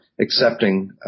accepting